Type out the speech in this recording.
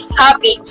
happy